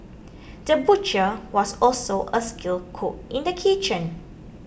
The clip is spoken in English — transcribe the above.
the butcher was also a skilled cook in the kitchen